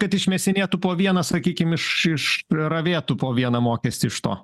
kad išmėsinėtų po vieną sakykim iš išravėtų po vieną mokestį iš to